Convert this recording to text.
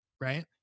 right